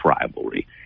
rivalry